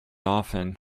often